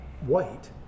white